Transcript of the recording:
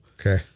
Okay